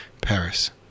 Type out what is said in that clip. Paris